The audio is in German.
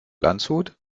landshut